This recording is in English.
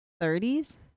Thirties